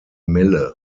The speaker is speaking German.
melle